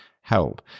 help